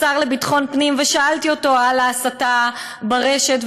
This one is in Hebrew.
לשר לביטחון הפנים ושאלתי אותו על ההסתה ברשת,